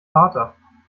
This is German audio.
vater